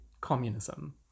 communism